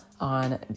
on